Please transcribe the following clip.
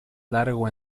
largo